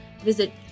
visit